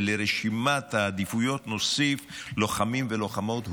שלרשימת העדיפויות נוסיף לוחמים ולוחמות,